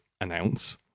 announce